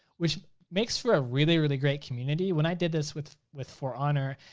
which makes for a really really great community. when i did this with with for honor,